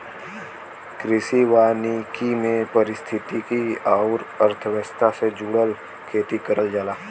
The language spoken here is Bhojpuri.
कृषि वानिकी में पारिस्थितिकी आउर अर्थव्यवस्था से जुड़ल खेती करल जाला